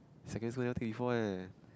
secondary school never take before eh